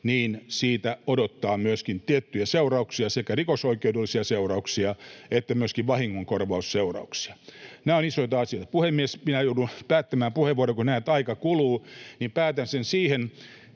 voi odottaa myöskin tiettyjä seurauksia, sekä rikosoikeudellisia seurauksia että myöskin vahingonkorvausseurauksia. Nämä ovat isoja asioita. Puhemies! Minä joudun päättämään puheenvuoron, kun näen, että aika kuluu. Päätän sen siihen,